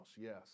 Yes